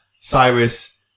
Cyrus